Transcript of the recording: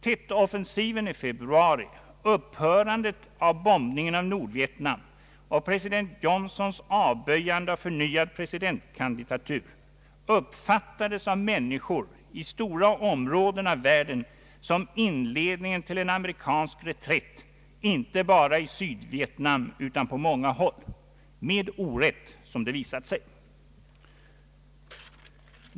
Tet-offensiven i februari, upphörandet av bombningen av Nordvietnam och president Johnsons avböjande av förnyad presidentkandidatur uppfattades av människor i stora områden av världen som inledningen till en amerikansk reträtt, inte bara i Sydvietnam utan på många håll — med orätt, som det visade sig.